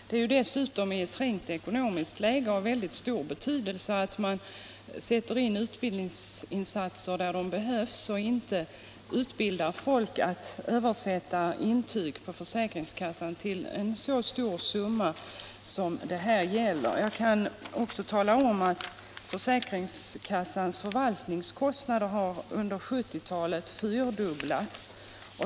Det är dessutom i ett trängt ekonomiskt läge av mycket stor betydelse att man sätter in utbildningsinsatser där de behövs och inte för en så stor summa som det här gäller utbildar folk till att översätta intyg på försäkringskassan. Jag kan också tala om att försäkringskassans förvaltningskostnader under 1970-talet har fyrdubblats.